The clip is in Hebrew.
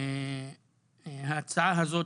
ההצעה הזאת,